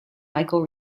michael